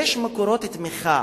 יש מקורות תמיכה,